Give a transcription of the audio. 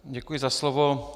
Děkuji za slovo.